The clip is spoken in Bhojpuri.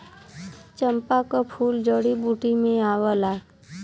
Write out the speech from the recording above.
चंपा क फूल जड़ी बूटी में आवला